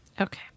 Okay